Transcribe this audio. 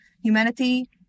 humanity